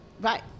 right